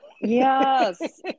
Yes